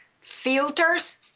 filters